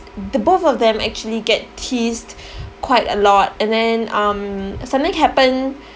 the both of them actually get teased quite a lot and then um something happen